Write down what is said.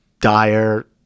dire